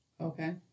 Okay